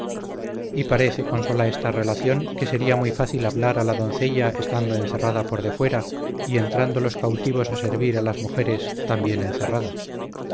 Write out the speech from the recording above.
y parece con sola esta relación que sería muy fácil hablar a la doncella estando encerrada por defuera y entrando los cautivos a servir a las mujeres también encerradas